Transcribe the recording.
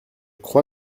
crois